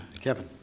Kevin